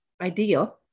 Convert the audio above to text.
ideal